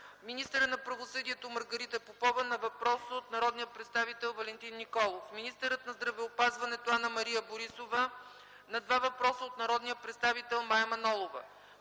министъра на правосъдието Маргарита Попова на въпрос от народния представител Валентин Николов и на министъра на здравеопазването Анна-Мария Борисова – на два въпроса от народния представител Мая Манолова.